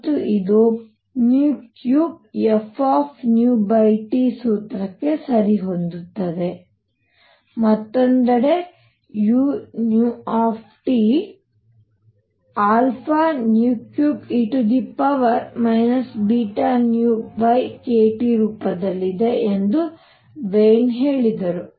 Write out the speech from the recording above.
ಮತ್ತು ಇದು 3f ಸೂತ್ರಕ್ಕೆ ಸರಿಹೊಂದುತ್ತದೆ ಮತ್ತೊಂದೆಡೆ u 3e βνkTರೂಪದಲ್ಲಿದೆ ಎಂದು ವೀನ್ ಹೇಳಿದರು